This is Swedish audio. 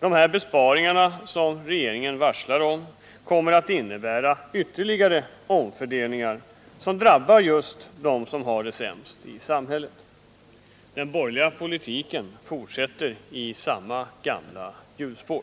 Dessa besparingar, som regeringen varslar om, kommer att innebära ytterligare omfördelningar, och dessa drabbar just dem som har det sämst s ällt i samhället. Den borgerliga politiken fortsätter i samma gamla hjulspår.